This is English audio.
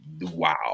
Wow